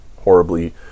horribly